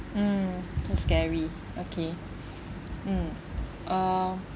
mm so scary okay mm uh